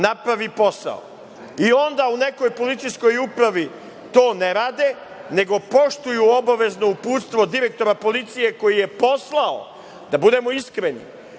napravi posao i onda u nekoj policijskoj upravi to ne rade, nego poštuju obavezno uputstvo direktora Policije, koji je poslao, da budemo iskreni,